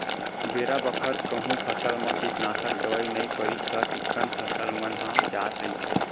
बेरा बखत कहूँ फसल म कीटनासक दवई नइ परिस त चिक्कन फसल मन ह जात रइथे